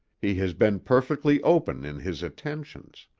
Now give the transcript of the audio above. he has been perfectly open in his attentions.